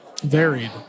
varied